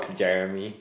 Jeremy